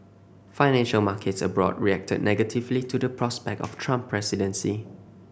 financial markets abroad reacted negatively to the prospect of Trump presidency